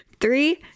Three